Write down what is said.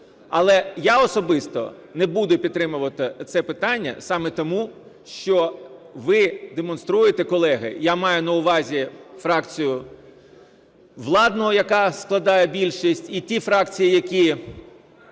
Але я особисто не буду підтримувати це питання саме тому, що ви демонструєте, колеги, я маю на увазі фракцію владну, яка складає більшість, і ті фракції, які